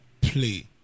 play